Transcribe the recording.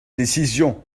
décisions